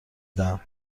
دهم